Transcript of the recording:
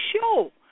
show